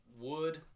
wood